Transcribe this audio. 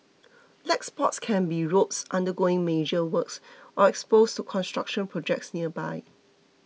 black spots can be roads undergoing major works or exposed to construction projects nearby